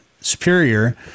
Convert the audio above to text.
Superior